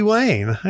Wayne